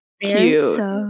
cute